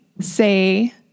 say